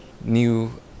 new